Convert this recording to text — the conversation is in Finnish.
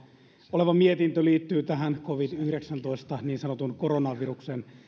oleva mietintö liittyy tähän covid yhdeksäntoista niin sanotun koronaviruksen